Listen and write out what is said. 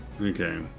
Okay